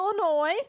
illinois